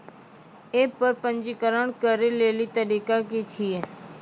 App पर पंजीकरण करै लेली तरीका की छियै?